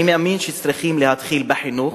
אני מאמין שצריכים להתחיל בחינוך